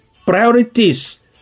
priorities